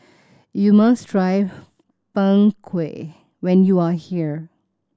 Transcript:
you must try Png Kueh when you are here